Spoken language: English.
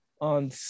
on